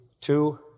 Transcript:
two